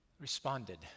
responded